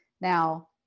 Now